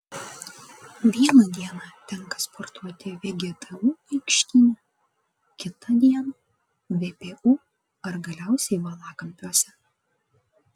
vieną dieną tenka sportuoti vgtu aikštyne kita dieną vpu ar galiausiai valakampiuose